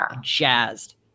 jazzed